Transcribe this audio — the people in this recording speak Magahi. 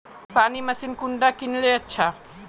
पानी मशीन कुंडा किनले अच्छा?